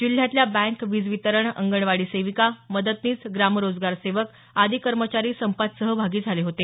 जिल्ह्यातल्या बँक वीजवितरण अंगणवाडी सेविका मदतनीस ग्रामरोजगार सेवक आदी कर्मचारी संपात सहभागी झाले होते